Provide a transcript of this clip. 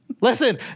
Listen